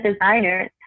designers